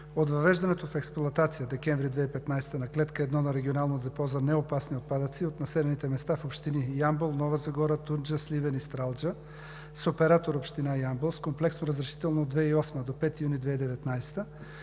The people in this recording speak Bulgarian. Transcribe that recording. От въвеждането в експлоатация месец декември 2015 г. на Клетка 1 на Регионално депо за неопасни отпадъци от населените места в общини: Ямбол, Нова Загора, Тунджа, Сливен и Стралджа, с оператор Община Ямбол, с комплексно разрешително от 2008 г. до 5 юни 2019